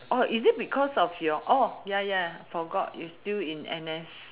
or is it because of your ya ya forgot you still in N_S